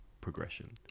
progression